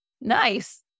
Nice